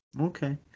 Okay